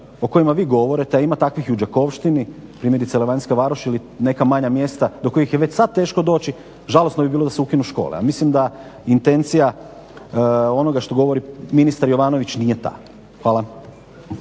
o kojima vi govorite, a ima takvih i u Đakovštini, primjerice Ladanjska Varoš ili neka manja mjesta do kojih je već sada teško doći, žalosno bi bilo da se ukinu škole, a mislim da intencija onoga što govorim, ministar Jovanović nije ta. Hvala.